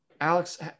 Alex